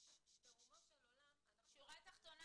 ברומו של עולם אנחנו --- בשורה התחתונה,